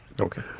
Okay